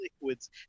liquids